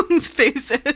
faces